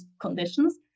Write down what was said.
conditions